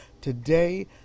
Today